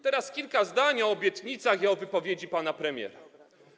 Teraz kilka zdań o obietnicach i o wypowiedzi pana premiera.